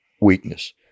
weakness